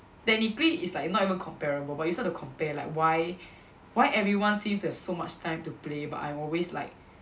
technically it's like not even comparable but you start to compare like why why everyone seems to have so much time to play but I always like